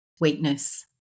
weakness